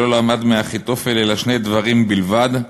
שלא למד מאחיתופל אלא שני דברים בלבד,